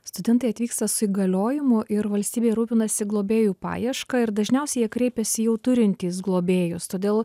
studentai atvyksta su įgaliojimu ir valstybė rūpinasi globėjų paieška ir dažniausiai jie kreipiasi jau turintys globėjus todėl